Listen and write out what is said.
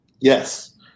yes